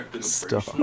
Stop